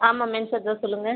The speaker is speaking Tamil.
ஆமாம் மென்செட் தான் சொல்லுங்க